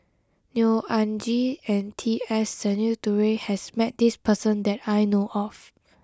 Neo Anngee and T S Sinnathuray has met this person that I know of